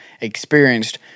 experienced